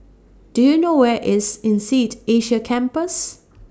Do YOU know Where IS Insead Asia Campus